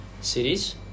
cities